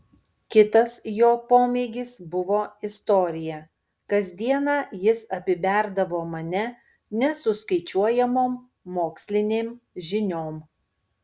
kitas jo pomėgis buvo istorija kasdieną jis apiberdavo mane nesuskaičiuojamom mokslinėm žiniom